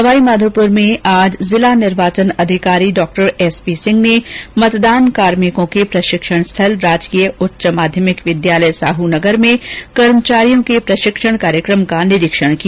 सवाइमाधोपुर में आज जिला निर्वाचन अधिकारी डॉ एसपी सिंह ने मतदान कार्मेकों के प्रशिक्षण स्थल राजकीय उच्च माध्यमिक विद्यालय साहनगर में कर्मचारियों के प्रशिक्षण कार्यक्रम का निरीक्षण किया